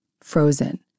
frozen